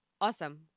Awesome